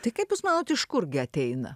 tai kaip jūs manot iš kurgi ateina